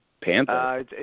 Panther